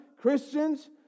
Christians